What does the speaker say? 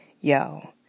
Yo